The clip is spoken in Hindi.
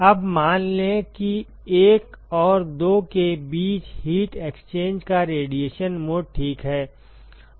अब मान लें कि एक और दो के बीच हीट एक्सचेंज का रेडिएशन मोड ठीक है